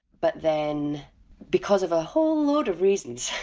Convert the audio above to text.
but then because of a whole load of reasons,